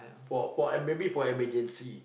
for for em~ maybe for emergency